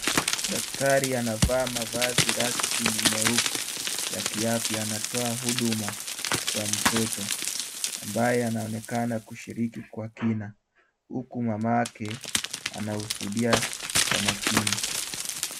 Daktari anavaa mavazi rasmi ya nyeupe ya kiafya. Anatoa huduma kwa mtoto ambaye anaonekana kushiriki kwa kina, huku mamake anashuhudia kwa makini.